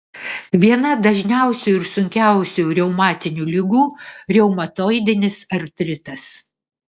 viena dažniausių ir sunkiausių reumatinių ligų reumatoidinis artritas